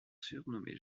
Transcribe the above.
surnommée